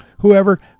Whoever